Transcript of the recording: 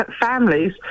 families